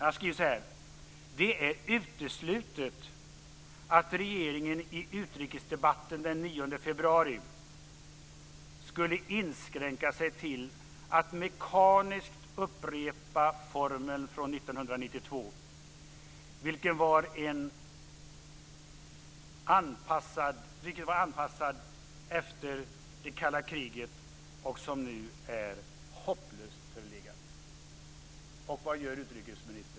Han skrev så här: "Det är uteslutet att regeringen i utrikesdebatten den 9 februari skulle inskränka sig till att mekaniskt upprepa formeln från 1992, vilken var anpassad efter det kalla kriget och som nu är hopplöst förlegad." Och vad gör utrikesministern?